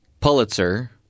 Pulitzer